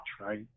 right